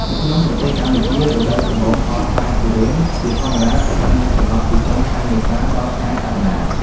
នៅក្នុងប្រទេសកម្ពុជា រដូវប្រមូលផលផ្លែទុរេនជាធម្មតាស្ថិតនៅចន្លោះពី ចុងខែមេសា ដល់ខែកក្កដា។